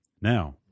Now